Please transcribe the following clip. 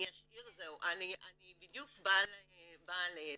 זהו, אני בדיוק באה לזה.